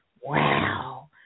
Wow